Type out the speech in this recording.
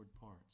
parts